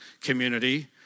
community